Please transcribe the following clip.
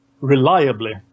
reliably